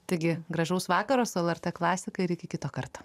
taigi gražaus vakaro su lrt klasika ir iki kito karto